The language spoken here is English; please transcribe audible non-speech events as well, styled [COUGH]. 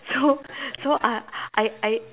so [LAUGHS] so uh I I